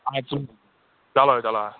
چَلو چَلو آ